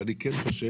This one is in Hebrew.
אבל אני כן חושב